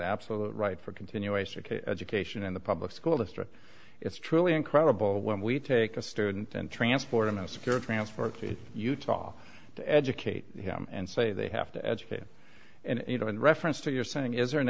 absolute right for continuation of education in the public school district it's truly incredible when we take a student and transport him in a secure transfer to utah to educate him and say they have to educate and you know in reference to your saying is there an